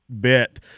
bit